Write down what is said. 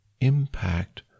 impact